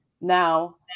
Now